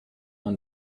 man